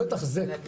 זה לא לתחזק,